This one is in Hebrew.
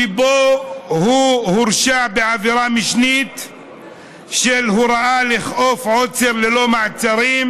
שבו הוא הורשע בעבירה משנית של הוראה לאכוף עוצר ללא מעצרים,